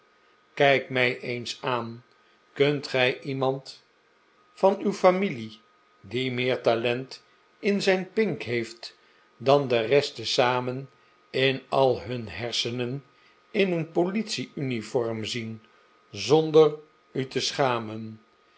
kijk mij eens aan kunt gij iemand van uw familie die meer talent in zijn pink heeft dan de rest tezamen in al hun hersenen in een politie uniform zien zonder u te schamen